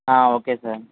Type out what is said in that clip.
okay sir